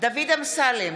דוד אמסלם,